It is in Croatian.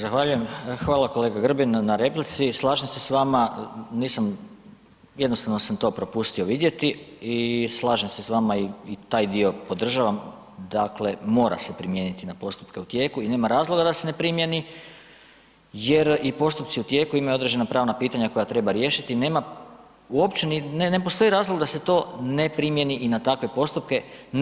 Zahvaljujem, Hvala kolega Grbin na replici, slažem se s vama, nisam, jednostavno sam to propustio vidjeti i slažem se s vama, i taj dio podržavam, dakle mora se primijeniti na postupke u tijeku i nema razloga da se ne primjeni jer i postupci u tijeku imaju određena pravna pitanja koja treba riješiti, uopće ne postoji razlog da se to ne primjeni i na takve postupke.